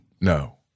No